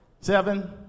Seven